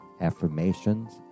affirmations